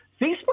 Facebook